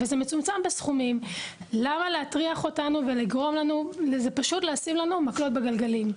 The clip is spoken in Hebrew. וזה מצומצם בסכומים למה להטריח אותנו ולשים לנו מקלות בגלגלים?